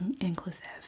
inclusive